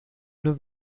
nur